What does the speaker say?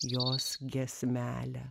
jos giesmelę